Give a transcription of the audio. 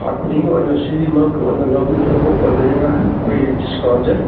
ꯊꯥ ꯈꯨꯗꯤꯡꯒꯤ ꯑꯣꯏꯅ ꯁꯤꯒꯤ ꯃꯔꯨꯞꯀꯤ ꯑꯣꯏꯅ ꯂꯧꯕꯤꯒꯗꯧꯕ ꯑꯣꯏꯕꯅꯤꯅ ꯑꯩꯈꯣꯏꯒꯤ ꯗꯤꯁꯀꯥꯎꯟꯁꯦ